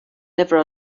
never